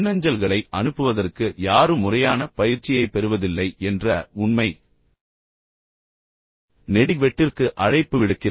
மின்னஞ்சல்களை அனுப்புவதற்கு யாரும் முறையான பயிற்சியைப் பெறுவதில்லை என்ற உண்மை நெடிக்வெட்டிர்க்கு அழைப்பு விடுக்கிறது